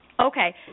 Okay